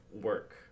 work